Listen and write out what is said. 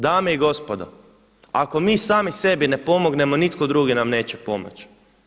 Dame i gospodo, ako mi sami sebi ne pomognemo nitko drugi nam neće pomoći.